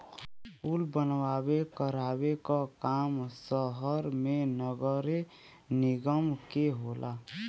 कुल बनवावे करावे क काम सहर मे नगरे निगम के होला